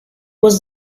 was